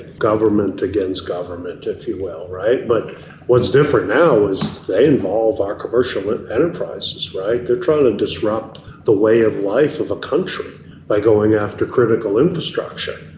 government against government, if you will, right? but what's different now is they involve our commercial and enterprises. they're trying to disrupt the way of life of a country by going after critical infrastructure.